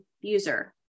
user